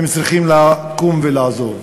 הם צריכים לקום ולעזוב.